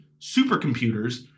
supercomputers